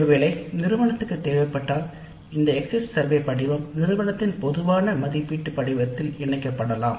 ஒருவேளை திருமணத்திற்கு தேவைப்பட்டால் இந்த எக்ஸிட் சர்வே படிவம் நிறுவனத்தின் பொதுவான மதிப்பீட்டு படிவத்தில் இணைக்கப்படலாம்